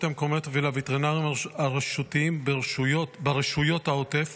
המקומיות ולווטרינרים הרשותיים ברשויות העוטף